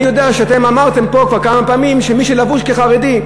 אני יודע שאתם אמרתם פה כבר כמה פעמים שמי שלבוש כחרדי.